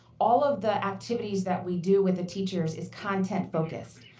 all of the activities that we do with the teachers is content focused.